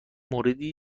موردی